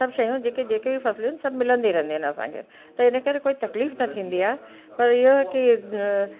सभु शयूं जेके जेके बि फ़सुलू आहिनि सभु मिलंदी रहंदियूं आहिनि असांखे त इन करे कोई तकलीफ़ न थींदी आहे पर इहो की